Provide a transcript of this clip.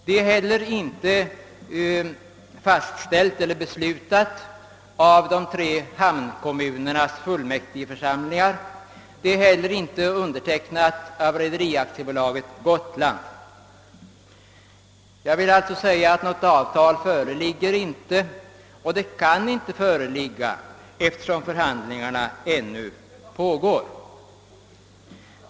Inte heller har förslaget antagits av de tre hamnkommunernas fullmäktigeförsamlingar, eller avtalsutkastet undertecknats av Rederi AB Gotland, som för närvarande handhar sjötrafiken. Något avtal föreligger således inte, och kan helt enkelt inte föreligga, eftersom förhandlingarna ännu pågår.